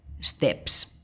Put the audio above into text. steps